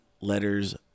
letters